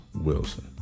Wilson